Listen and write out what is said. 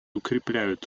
укрепляют